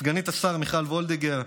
סגנית השר מיכל וולדיגר,